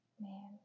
man